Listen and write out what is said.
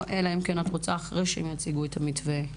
אלא אם כן את רוצה אחרי שהם יציגו את המתווה?